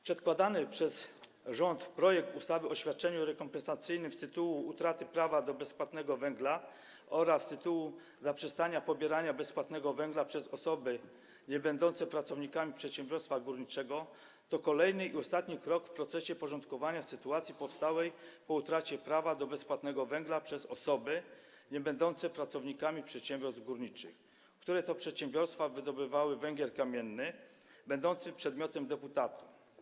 Przedkładany przez rząd projekt ustawy o świadczeniu rekompensacyjnym z tytułu utraty prawa do bezpłatnego węgla oraz z tytułu zaprzestania pobierania bezpłatnego węgla przez osoby niebędące pracownikami przedsiębiorstwa górniczego to kolejny i ostatni krok w procesie porządkowania sytuacji powstałej po utracie prawa do bezpłatnego węgla przez osoby niebędące pracownikami przedsiębiorstw górniczych, które to przedsiębiorstwa wydobywały węgiel kamienny będący przedmiotem deputatu.